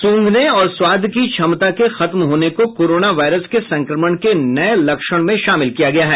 सूंघने और स्वाद की क्षमता के खत्म होने को कोरोना वायरस के संक्रमण के नए लक्षण में शामिल किया गया है